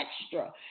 extra